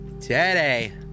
today